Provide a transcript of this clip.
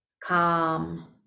calm